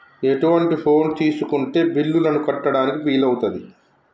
ఎటువంటి ఫోన్ తీసుకుంటే బిల్లులను కట్టడానికి వీలవుతది?